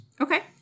Okay